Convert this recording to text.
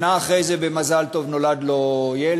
שנה אחרי זה, במזל טוב נולד לו ילד,